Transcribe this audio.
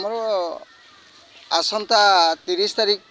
ଆମର ଆସନ୍ତା ତିରିଶ ତାରିଖ